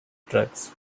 drugs